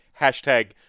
hashtag